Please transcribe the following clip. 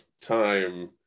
time